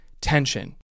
tension